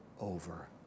over